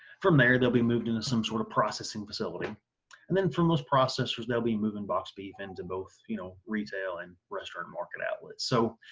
from there they'll be moved into some sort of processing facility and then from those processors they'll be moving box beef into both, you know, retail and restaurant market outlets so